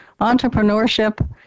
entrepreneurship